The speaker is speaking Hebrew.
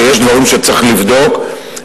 שיש דברים שצריך לבדוק,